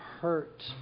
hurt